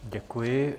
Děkuji.